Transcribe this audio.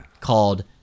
called